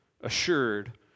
assured